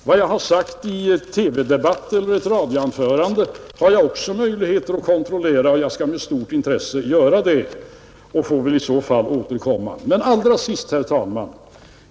Vad jag har sagt i en TV-debatt eller ett radioanförande har jag också möjligheter att kontrollera — jag skall med stort intresse göra det och får väl i så fall återkomma. Herr talman!